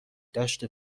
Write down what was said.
دشت